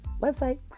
website